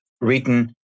written